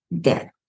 dead